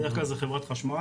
בדרך כלל זה חברת חשמל.